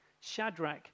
Shadrach